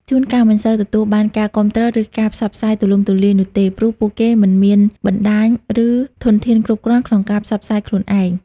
ជួនកាលមិនសូវទទួលបានការគាំទ្រ ឬការផ្សព្វផ្សាយទូលំទូលាយនោះទេ ព្រោះពួកគេមិនមានបណ្តាញ ឬធនធានគ្រប់គ្រាន់ក្នុងការផ្សព្វផ្សាយខ្លួនឯង។